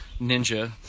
ninja